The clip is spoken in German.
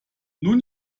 nun